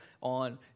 on